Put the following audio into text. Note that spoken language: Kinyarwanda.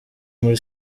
muri